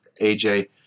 AJ